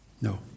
No